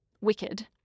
Wicked